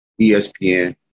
ESPN